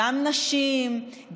גם נשים,